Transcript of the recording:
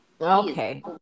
Okay